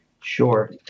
Sure